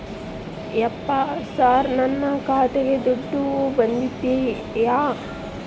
ಯಪ್ಪ ಸರ್ ನನ್ನ ಖಾತೆಗೆ ದುಡ್ಡು ಬಂದಿದೆಯ?